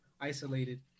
isolated